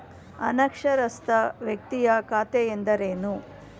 ಅನಕ್ಷರಸ್ಥ ವ್ಯಕ್ತಿಯ ಖಾತೆ ಎಂದರೇನು?